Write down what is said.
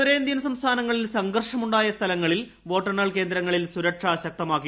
ഉത്തരേന്ത്യൻ സംസ്ഥാനങ്ങളിൽ സംഘർഷമുണ്ടായ സ്ഥലങ്ങളിൽ കേന്ദ്രസേനയും വോട്ടെണ്ണൽ കേന്ദ്രങ്ങളിലും സുരക്ഷ ശക്തമാക്കി